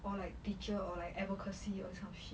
or like teacher or like advocacy or some shit